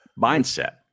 mindset